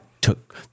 took